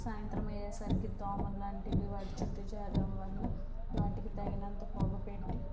సాయంత్రం అయ్యేసరికి దోమల్లాంటివి వాటి చుట్టూ చేరడం వల్ల వాటికి తగినంత పొగ పెట్టి